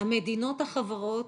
'המדינות החברות